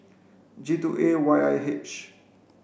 J two A Y I H